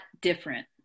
different